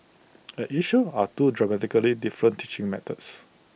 at issue are two dramatically different teaching methods